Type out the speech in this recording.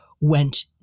went